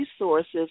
resources